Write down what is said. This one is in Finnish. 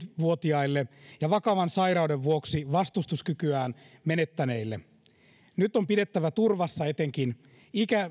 vuotiaille ja vakavan sairauden vuoksi vastustuskykyään menettäneille nyt on pidettävä turvassa etenkin